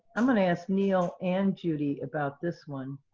i'm going to ask neil and judy about this one.